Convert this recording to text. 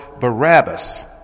Barabbas